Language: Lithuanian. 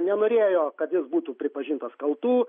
norėjo kad būtų pripažintas kaltu